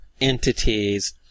entities